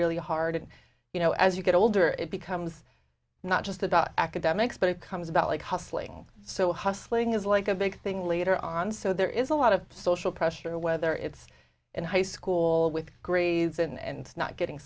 really hard and you know as you get older it becomes not just about academics but it comes about like hustling so hustling is like a big thing later on so there is a lot of social pressure whether it's in high school with grades and not getting